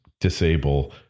disable